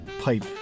pipe